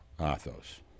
athos